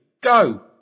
Go